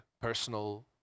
personal